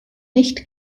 nicht